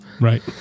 Right